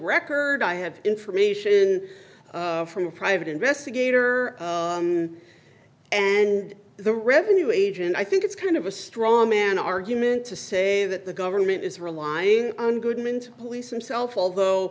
record i have information from a private investigator and the revenue agent i think it's kind of a straw man argument to say that the government is relying on goodman to police themselves although